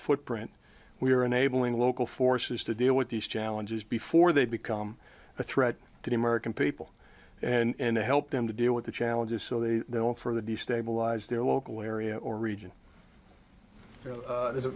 footprint we are enabling local forces to deal with these challenges before they become a threat to the american people and help them to deal with the challenges so they don't further destabilize their local area or region there's a